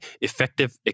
Effective